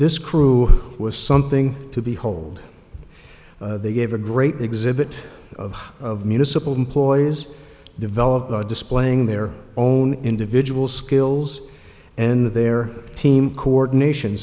this crew was something to behold they gave a great exhibit of municipal employees develop displaying their own individual skills and their team coordination